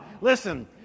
Listen